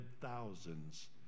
thousands